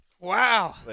Wow